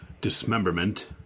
dismemberment